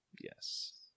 Yes